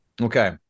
Okay